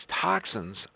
toxins